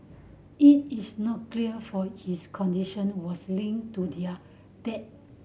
it is not clear for his condition was linked to their death